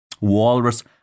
Walrus